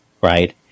right